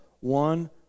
one